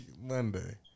Monday